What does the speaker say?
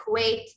Kuwait